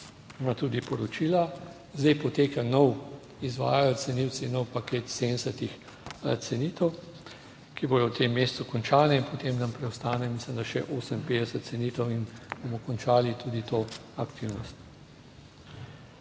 ima tudi poročila. Zdaj poteka nov, izvajajo cenilci nov paket 70. cenitev. Ki bodo v tem mesecu končane in potem nam preostane mislim, da še 58 cenitev in bomo končali tudi to aktivnost.